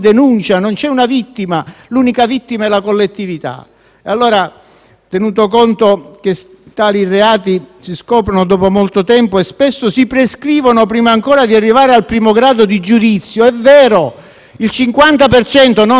denuncia, non c'è una vittima: l'unica vittima è la collettività. Bisogna tener conto che tali reati si scoprono dopo molto tempo e spesso si prescrivono prima ancora di arrivare al primo grado di giudizio. Sono 66.000 i reati che si